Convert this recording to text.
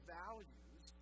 values